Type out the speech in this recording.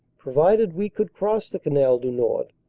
provided we could cross the canal du nord,